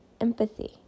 empathy